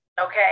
Okay